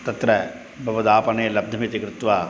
तत्र भवदापणे लब्धमिति कृत्वा